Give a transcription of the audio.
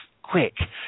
quick